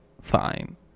fine